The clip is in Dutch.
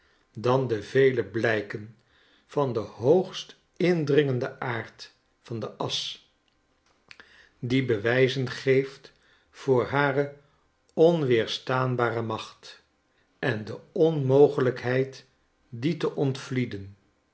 dan de vele blijken van den hoogst indringenden aard van de asch die bewijzen geeft voor hare onweerstaanbare macht en de onmogelijkheid die te ontvlieden